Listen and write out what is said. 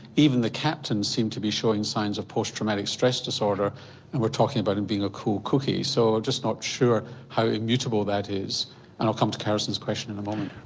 even the captain seemed to be showing signs of post traumatic stress disorder and we're talking about him being a cool cookie. so i'm, just not sure how immutable that is and i'll come to karestan's question in a moment.